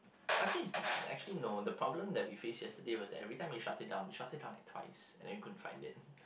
I feel is actually no the problem that we face yesterday was that every time we shut it down we shut it down like twice and then we couldn't find it